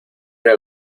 una